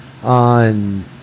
On